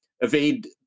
evade